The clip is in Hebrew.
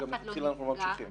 אף אחד לא נפגע?